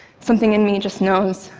something in me just knows.